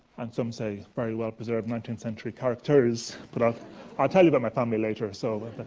and some say very well-preserved nineteenth century characters, but i'll tell you about my family later. so